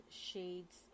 shades